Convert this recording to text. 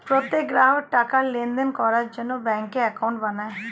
প্রত্যেক গ্রাহক টাকার লেনদেন করার জন্য ব্যাঙ্কে অ্যাকাউন্ট বানায়